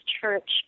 church